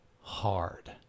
hard